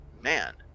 man